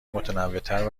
متنوعتر